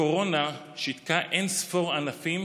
הקורונה שיתקה אין-ספור ענפים